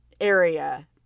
area